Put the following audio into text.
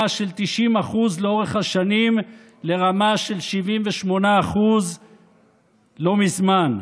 של 90% לאורך השנים לרמה של 78% לא מזמן.